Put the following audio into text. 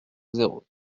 zéro